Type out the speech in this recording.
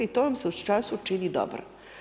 I to vam se u času čini dobro.